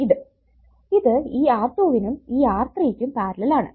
ഇത് ഈ R2 വിനും ഈ R3 യ്ക്കും പാരലൽ ആണ്